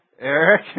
Eric